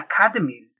academies